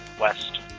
West